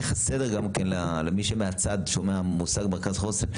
איך הסדר גם למי שמהצד שומע מוסד מרכז חוסן.